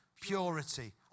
purity